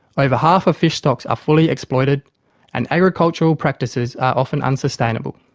over half of fish stocks are fully exploited and agricultural practices are often unsustainable.